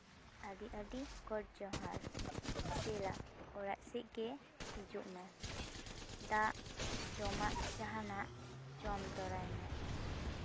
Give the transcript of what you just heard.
ᱟᱹᱰᱤ ᱟᱹᱰᱤ ᱜᱚᱸᱰ ᱡᱚᱦᱟᱨ ᱫᱮᱞᱟ ᱚᱲᱟᱜ ᱥᱮᱫ ᱜᱮ ᱦᱤᱡᱩᱜ ᱢᱮ ᱫᱟᱜ ᱡᱚᱢᱟᱜ ᱡᱟᱦᱟᱱᱟᱜ ᱡᱚᱢ ᱛᱚᱨᱟᱭ ᱢᱮ